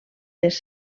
les